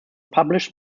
published